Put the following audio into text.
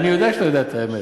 אני יודע שאתה יודע את האמת.